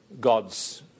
God's